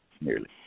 nearly